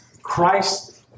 Christ